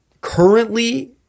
Currently